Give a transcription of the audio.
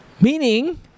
meaning